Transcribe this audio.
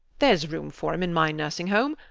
theres room for him in my nursing home.